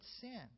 sin